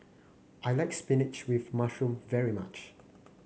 I like spinach with mushroom very much